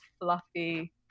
fluffy